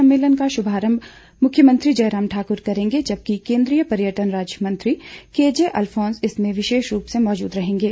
सम्मेलन का श्रभारम्भ मुख्यमंत्री जयराम ठाकुर करेंगे जबकि केन्द्रीय पर्यटन राज्य मंत्री केजे अलफोंस इसमें विशेष रूप से मौजूद रहेंगे